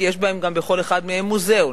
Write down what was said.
כי בכל אחד מהם יש גם מוזיאון,